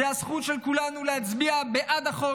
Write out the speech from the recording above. זו הזכות של כולנו להצביע בעד החוק